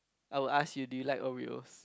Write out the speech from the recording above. I will ask you did you like Oreos